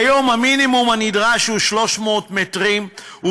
כיום המינימום הנדרש הוא 300 מטרים,